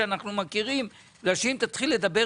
משום שאנחנו מכירים שאם תתחיל לדבר